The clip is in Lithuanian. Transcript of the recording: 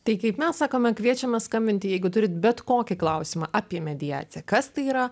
tai kaip mes sakome kviečiame skambinti jeigu turit bet kokį klausimą apie mediaciją kas tai yra